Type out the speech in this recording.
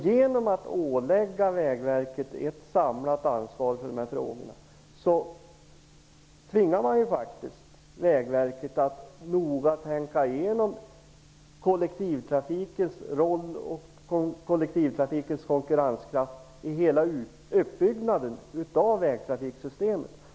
Genom att ålägga Vägverket ett samlat ansvar för dessa frågor tvingar man verket att noga tänka igenom kollektivtrafikens roll och konkurrenskraft i hela uppbyggnaden av vägtrafiksystemet.